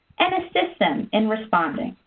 and assist them in responding.